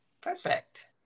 Perfect